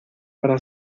para